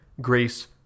Grace